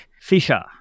Fisher